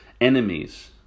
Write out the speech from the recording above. Enemies